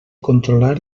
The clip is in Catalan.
controlar